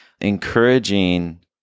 encouraging